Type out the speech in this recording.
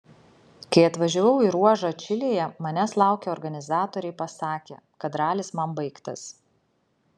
kai atvažiavau į ruožą čilėje manęs laukę organizatoriai pasakė kad ralis man baigtas